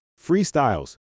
freestyles